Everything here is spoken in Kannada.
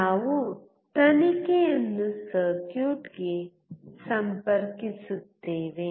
ನಾವು ತನಿಖೆಯನ್ನು ಸರ್ಕ್ಯೂಟ್ಗೆ ಸಂಪರ್ಕಿಸುತ್ತೇವೆ